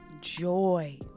joy